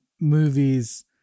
movies